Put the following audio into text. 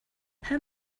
how